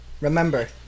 Remember